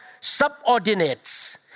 subordinates